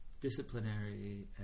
disciplinary